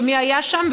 ומי היה שם,